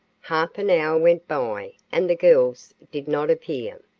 half an hour went by and the girls did not appear.